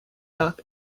duck